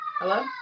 Hello